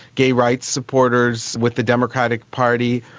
gay rights supporters with the democratic party.